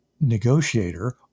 negotiator